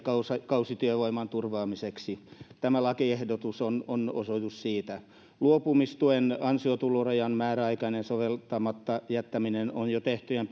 kausityövoiman turvaamiseksi tämä lakiehdotus on on osoitus siitä luopumistuen ansiotulorajan määräaikainen soveltamatta jättäminen on jo tehtyjen